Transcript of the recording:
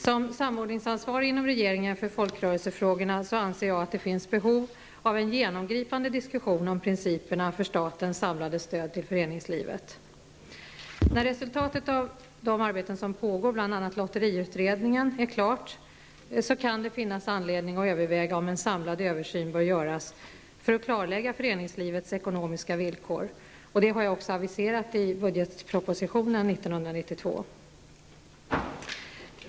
Som samordningsansvarig inom regeringen för folkrörelsefrågorna anser jag att det finns behov av en genomgripande diskussion om principerna för statens samlade stöd till föreningslivet. När resultatet av pågående arbeten -- bl.a. lotteriutredningen -- är klart kan det finnas anledning att överväga om en samlad översyn bör göras för att klarlägga föreningslivets ekonomiska villkor. Detta har jag också aviserat i budgetpropositionen 1992.